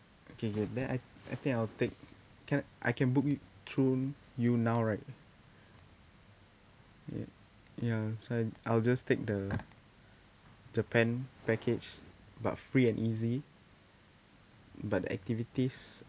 okay good then I I think I'll take can I can book it through n~ you now right ye~ ya so I I'll just take the japan package but free and easy but the activities